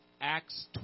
Acts